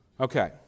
Okay